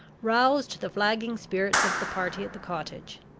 roused the flagging spirits of the party at the cottage.